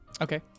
Okay